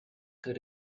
could